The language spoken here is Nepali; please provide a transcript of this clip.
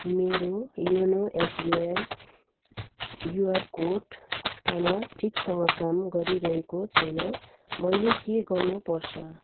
मेरो YONO SBI QR code scanner ठिकसँग काम गरिरहेको छैन मैले के गर्नुपर्छ